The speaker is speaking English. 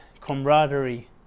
camaraderie